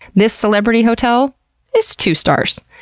this celebrity hotel is two stars.